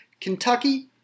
Kentucky